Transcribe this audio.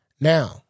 Now